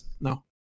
no